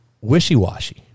wishy-washy